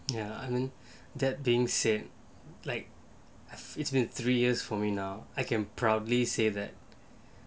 ya that being said like it's been three years for me now I can proudly say that